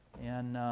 and